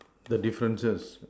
the differences